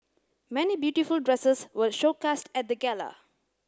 many beautiful dresses were show cast at the gala